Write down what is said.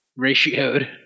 Ratioed